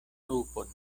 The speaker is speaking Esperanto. lupon